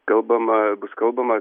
kalbama bus kalbama